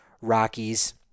Rockies